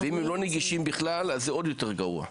ואם הם לא נגישים בכלל אז זה עוד יותר גרוע.